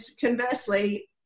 conversely